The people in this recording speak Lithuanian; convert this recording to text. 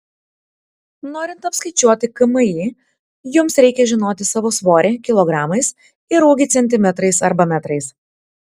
norint apskaičiuoti kmi jums reikia žinoti savo svorį kilogramais ir ūgį centimetrais arba metrais